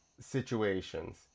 situations